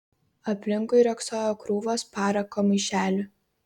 aplinkui riogsojo krūvos parako maišelių